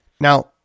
Now